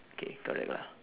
okay correct lah